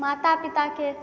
माता पिताके